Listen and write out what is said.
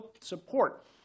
support